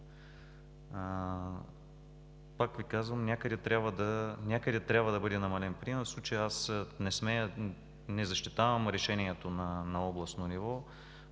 Пак Ви казвам: някъде трябва да бъде намален приемът. В случая не смея и не защитавам решението на областно ниво,